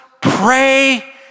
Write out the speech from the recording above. pray